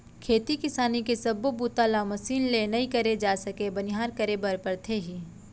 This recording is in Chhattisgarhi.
खेती किसानी के सब्बो बूता ल मसीन ले नइ करे जा सके बनिहार करे बर परथे ही